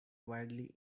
wildly